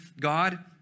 God